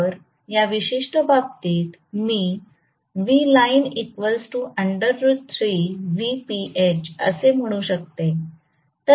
तर या विशिष्ट बाबतीत मी असे म्हणू शकते